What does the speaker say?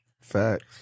facts